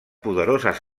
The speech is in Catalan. poderoses